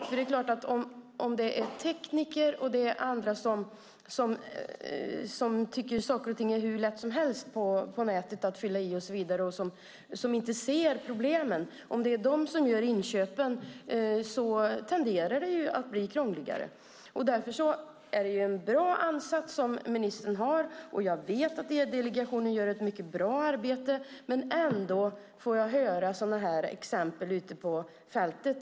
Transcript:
Om man låter tekniker och andra specialister, som inte ser problemen, göra inköpen tenderar det att bli krångligare. Det är därför en bra ansats som ministern har. Jag vet att E-delegationen gör ett mycket bra arbete, men ändå får jag höra sådana här exempel ute på fältet.